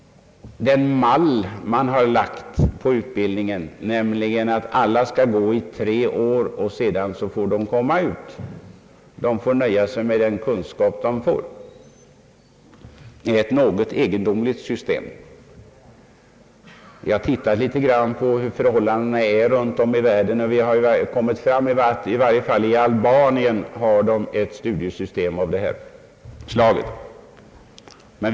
Den mall man lagt på utbildningen, nämligen att alla skall gå i tre år och att de sedan får gå ut i arbetslivet och nöja sig med den kunskap de fått, är ett minst sagt egendomligt system. Vi har något studerat förhållandena runt om i världen på detta område och enligt vad vi kunnat finna är det endast Albanien som har ett studiesystem av detta enkla slag.